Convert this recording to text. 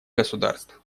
государств